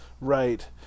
Right